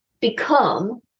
become